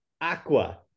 Aqua